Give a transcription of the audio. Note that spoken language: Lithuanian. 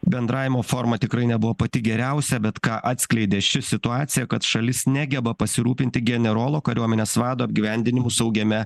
bendravimo forma tikrai nebuvo pati geriausia bet ką atskleidė ši situacija kad šalis negeba pasirūpinti generolo kariuomenės vado apgyvendinimu saugiame